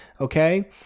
Okay